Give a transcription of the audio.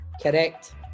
Correct